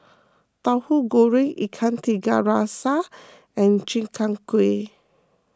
Tauhu Goreng Ikan Tiga Rasa and Chi Kak Kuih